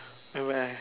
nevermind